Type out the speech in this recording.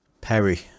Perry